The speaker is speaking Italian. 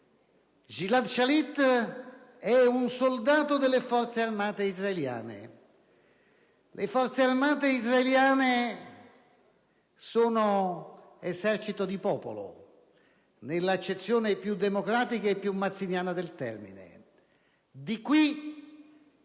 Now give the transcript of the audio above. Gilad Shalit è un soldato delle Forze armate israeliane; queste sono esercito di popolo, nell'accezione più democratica e mazziniana del termine. Di qui